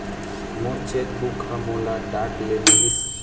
मोर cheque book ह मोला डाक ले मिलिस